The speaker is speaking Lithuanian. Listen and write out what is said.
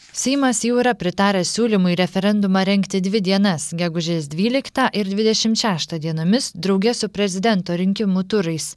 seimas jau yra pritaręs siūlymui referendumą rengti dvi dienas gegužės dvyliktą ir dvidešimt šeštą dienomis drauge su prezidento rinkimų turais